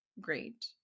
great